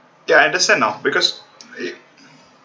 ya I understand uh because it